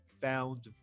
found